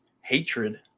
hatred